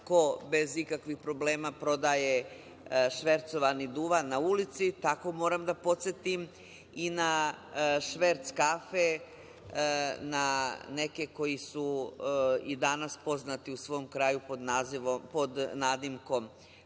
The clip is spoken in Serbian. ko bez ikakvih problema prodaje švercovani duvan na ulici, tako moram da podsetim i na šverc kafe, na neke koji su i danas poznati u svom kraju pod nadimkom